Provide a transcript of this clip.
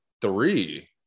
three